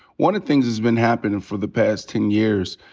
one of the things that's been happenin' for the past ten years,